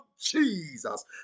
Jesus